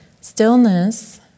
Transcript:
Stillness